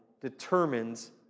determines